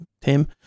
Tim